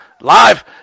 live